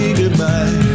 goodbye